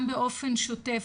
גם באופן שוטף,